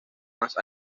más